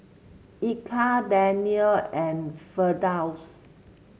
Eka Daniel and Firdaus